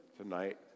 tonight